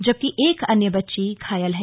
जबकि एक अन्य बच्ची घायल है